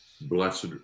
Blessed